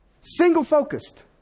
Single-focused